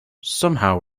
somehow